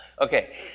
Okay